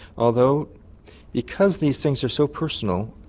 although because these things are so personal,